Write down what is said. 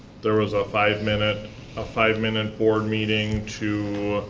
there was a five minute ah five minute board meeting to